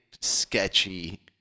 sketchy